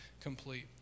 complete